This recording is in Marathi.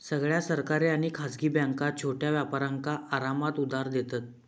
सगळ्या सरकारी आणि खासगी बॅन्का छोट्या व्यापारांका आरामात उधार देतत